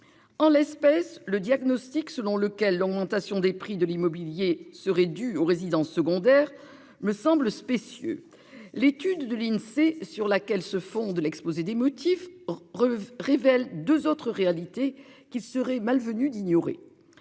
En l'espèce le diagnostic selon lequel l'augmentation des prix de l'immobilier seraient dus aux résidences secondaires me semble spécieux. L'étude de l'Insee sur laquelle se fonde l'exposé des motifs preuve révèle 2 autres réalités qu'il serait malvenu d'ignorer.